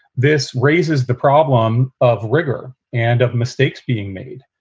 this raises the problem of rigour and of mistakes being made.